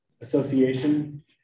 Association